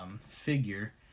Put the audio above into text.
figure